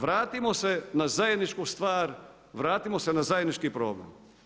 Vratimo se na zajedničku stvar, vratimo se na zajednički problem.